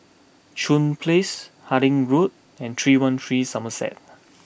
Chuan Place Harding Road and three one three Somerset